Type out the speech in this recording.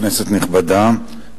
כנסת נכבדה,